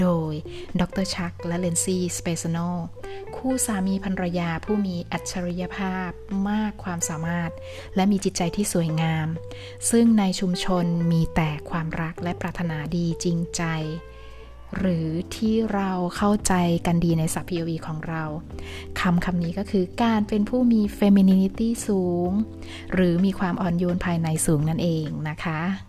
โดย Dr. Chuck และ Lindsay Spezzano คู่สามีภรรยาผู้มีอัจฉริยภาพมากความสามารถและมีจิตใจที่สวยงามซึ่งในชุมชนมีแต่ความรักและปรารถนาดีจริงใจหรือที่เราเข้าใจกันดีในศัพท์ POV ของเราคำๆนี้ก็คือการเป็นผู้มี femininity สูงหรือมีความอ่อนโยนภายในสูงนั่นเองนะคะ